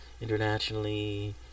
internationally